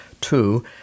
two